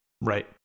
Right